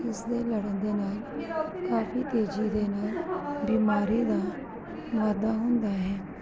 ਇਸ ਦੇ ਲੜਨ ਦੇ ਨਾਲ ਕਾਫੀ ਤੇਜ਼ੀ ਦੇ ਨੇ ਬਿਮਾਰੀ ਦਾ ਵਾਧਾ ਹੁੰਦਾ ਹੈ